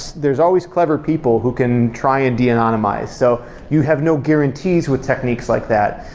there's always clever people who can try and de-anonymize. so you have no guarantees with techniques like that,